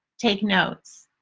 take notes.